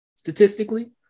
Statistically